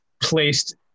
placed